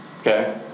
Okay